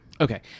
Okay